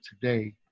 today